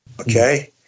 Okay